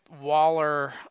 Waller